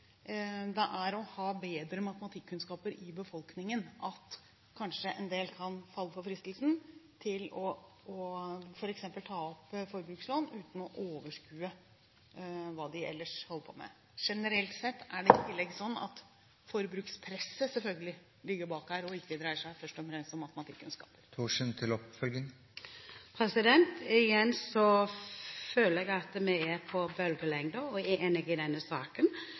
det er å ha bedre matematikkunnskaper i befolkningen når kanskje en del faller for fristelsen til f.eks. å ta opp et forbrukslån uten å overskue hva de holder på med. I tillegg er det, generelt sett, slik at forbrukspresset selvfølgelig ligger bak her, og at det ikke først og fremst dreier seg om matematikkunnskaper. Igjen føler jeg at vi er på bølgelengde og er enige i denne saken.